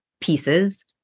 pieces